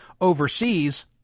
overseas